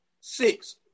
six